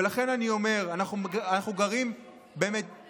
ולכן אני אומר, אנחנו גרים, אתה